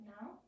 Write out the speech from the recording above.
now